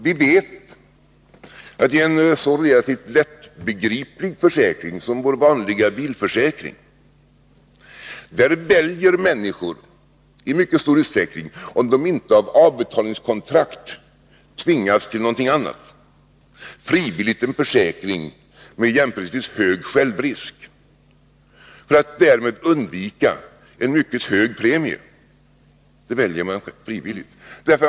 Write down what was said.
Vi vet att i en så relativt lättbegriplig försäkring som vår vanliga bilförsäkring väljer människorna i mycket stor utsträckning — om de inte av avbetalningskontrakt tvingas till någonting annat — frivilligt en försäkring med jämförelsevis hög självrisk, för att därmed undvika en mycket hög premie. De väljer detta frivilligt.